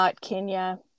Kenya